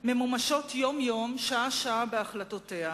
ממומשות יום-יום ושעה-שעה בהחלטותיה.